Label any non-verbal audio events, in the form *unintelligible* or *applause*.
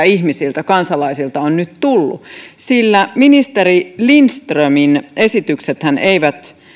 *unintelligible* ihmisiltä kansalaisilta on nyt tullut sillä ministeri lindströmin esityksethän eivät